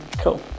cool